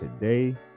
today